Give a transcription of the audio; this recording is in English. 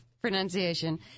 pronunciation